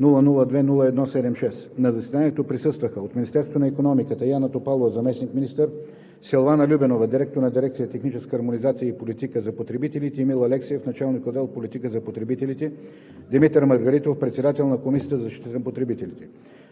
002-01-76. На заседанието присъстваха: от Министерството на икономиката – Яна Топалова – заместник-министър, Силвана Любенова – директор на дирекция „Техническа хармонизация и политика за потребителите“, и Емил Алексиев – началник-отдел „Политика за потребителите“; Димитър Маргаритов – председател на Комисията за защита на потребителите.